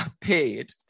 paid